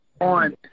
on